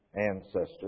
ancestors